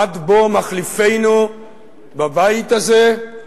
עד בוא מחליפינו בבית הזה,